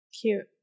Cute